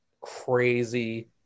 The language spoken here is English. crazy